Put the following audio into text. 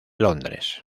londres